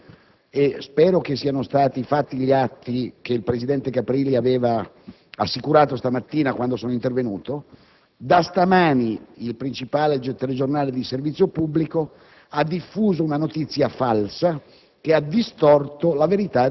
dico questo perché - e spero siano stati compiuti gli atti che il presidente Caprili aveva assicurato questa mattina, quando sono intervenuto - da stamani il principale telegiornale del servizio pubblico sta diffondendo una notizia falsa